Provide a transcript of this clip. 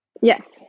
Yes